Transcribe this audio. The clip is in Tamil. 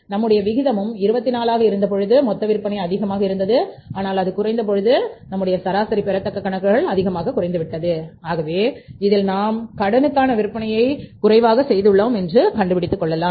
நம்முடைய விகிதமும் 24 ஆக இருந்த பொழுது மொத்த விற்பனை அதிகமாக இருந்தது ஆனால் அது குறைந்த போது நம்முடைய சராசரி பெறத்தக்க கணக்குகள் அதிகமாக குறைந்து விட்டது ஆகவே இதில் நாம் கடனுக்கான விற்பனையை குறைவாக செய்துள்ளோம் என்று காண்பித்துக் கொள்ளலாம்